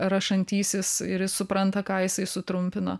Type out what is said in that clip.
rašantysis ir jis supranta ką jisai sutrumpino